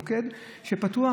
מוקד שפתוח,